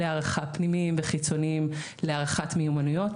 כלי הערכה פנימיים וחיצוניים להערכת מיומנויות.